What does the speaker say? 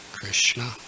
Krishna